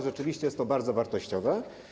Rzeczywiście jest to bardzo wartościowe.